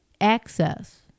access